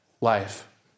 life